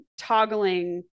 toggling